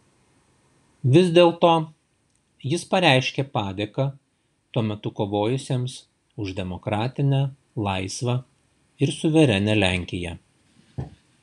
vis dėlto jis pareiškė padėką tuo metu kovojusiems už demokratinę laisvą ir suverenią lenkiją